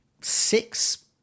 six